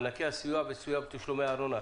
מענקי הסיוע וסיוע בתשלומי הארנונה.